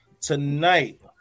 tonight